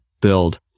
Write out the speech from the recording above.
build